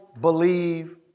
believe